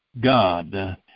God